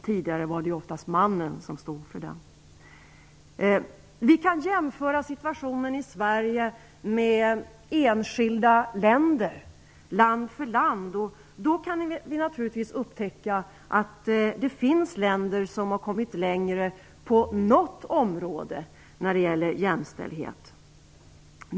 Tidigare var det oftast mannen som ägde den. Vi kan jämföra situationen i Sverige med situationen i enskilda länder, land för land. Då kan vi naturligtvis upptäcka att det finns länder som har kommit längre på något område när det gäller jämställdhet.